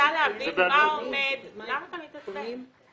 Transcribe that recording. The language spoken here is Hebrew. למה אתה מתעצבן?